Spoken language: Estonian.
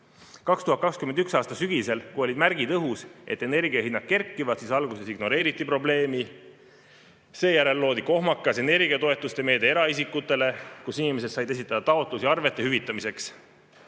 2021. aasta sügisel, kui õhus olid märgid, et energiahinnad kerkivad, siis alguses ignoreeriti probleemi. Seejärel loodi eraisikutele kohmakas energiatoetuste meede, mille puhul inimesed said esitada taotlusi arvete hüvitamiseks.